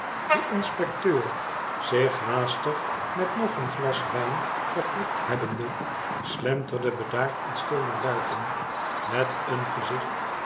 de inspecteur zich haastig met nog een glas wijn verkwikt hebbende slenderde bedaard en stil naar buiten met een gezicht